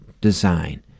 design